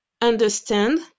understand